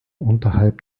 unterhalb